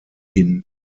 hin